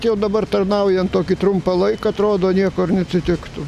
tai jau dabar tarnaujant tokį trumpą laiką atrodo nieko ir neatsitiktų